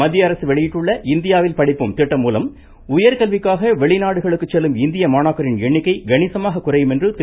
மத்திய அரசு வெளியிட்டுள்ள இந்தியாவில் படிப்போம் திட்டம் மூலம் உயர்கல்விக்காக வெளிநாடுகளுக்கு செல்லும் இந்திய மாணாக்கரின் எண்ணிக்கை கணிசமாக குறையும் என்று திரு